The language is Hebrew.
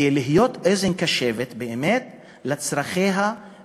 3. שהוועדה תהיה אוזן קשבת באמת לצורכיהם